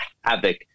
havoc